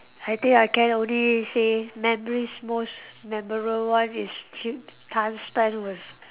I think I can only say memories most memorable one is cheap time spend with